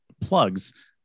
plugs